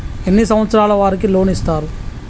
ఎన్ని సంవత్సరాల వారికి లోన్ ఇస్తరు?